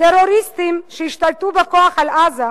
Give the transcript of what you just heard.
בטרוריסטים שהשתלטו בכוח על עזה,